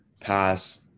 pass